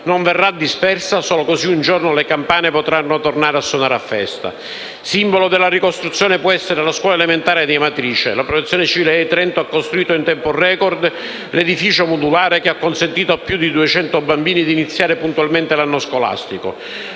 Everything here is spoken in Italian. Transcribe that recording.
non verrà dispersa, solo così un giorno le campane potranno ritornare a suonare a festa. Simbolo della ricostruzione può essere la scuola elementare di Amatrice: la Protezione civile di Trento ha costruito in tempo *record* un edificio modulare che ha consentito a più di duecento bambini di iniziare puntualmente l'anno scolastico.